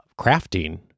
crafting